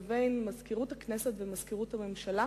לבין מזכירות הכנסת ומזכירות הממשלה.